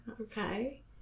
Okay